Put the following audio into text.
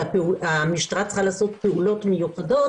שהמשטרה צריכה לעשות פעולות מיוחדות